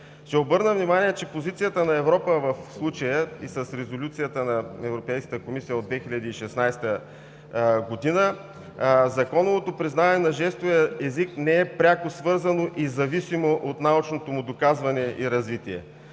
Ще обърна внимание, че позицията на Европа в случая и с Резолюцията на Европейската комисия от 2016 г. законовото признаване на жестовия език не е пряко свързано и зависимо от научното му доказване и развитие.